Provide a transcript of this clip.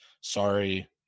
sorry